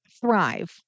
thrive